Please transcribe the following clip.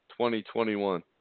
2021